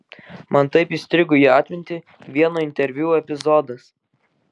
man taip įstrigo į atmintį vieno interviu epizodas